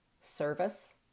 service